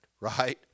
right